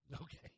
Okay